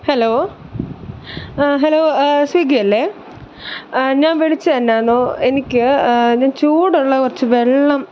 hello hello Swiggy അല്ലേ ഞാന് വിളിച്ചതെന്താണെന്നോ എനിക്ക് ഞാൻ ചൂടുള്ള കുറച്ച് വെള്ളം